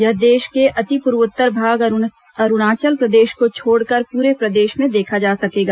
यह देश के अति पूर्वोत्तर भाग अरूणाचल प्रदेश को छोड़कर पूरे देश में देखा जा सकेगा